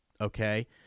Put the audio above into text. Okay